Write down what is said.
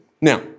Now